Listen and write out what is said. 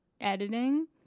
editing